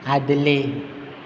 आदले